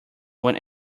when